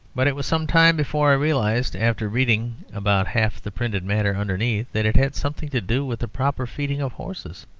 but it was some time before i realised, after reading about half the printed matter underneath, that it had something to do with the proper feeding of horses.